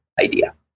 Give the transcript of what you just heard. idea